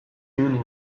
ibili